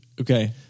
Okay